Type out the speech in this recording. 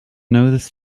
noticed